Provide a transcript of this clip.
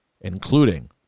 including